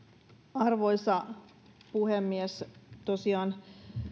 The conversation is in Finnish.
arvoisa puhemies tosiaan